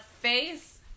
face